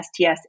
sts